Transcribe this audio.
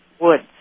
woods